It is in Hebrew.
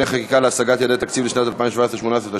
חקיקה להשגת יעדי התקציב לשנות 2017 ו-2018),